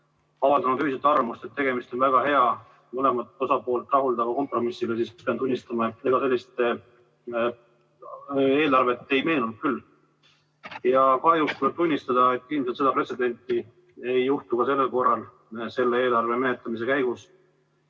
avaldanud arvamust, et tegemist on väga hea, mõlemaid osapooli rahuldava kompromissiga. Pean tunnistama, et ega sellist eelarvet ei meenunud küll. Kahjuks tuleb tunnistada, et ilmselt seda pretsedenti ei juhtu ka sellel korral, selle eelarve menetlemise käigus,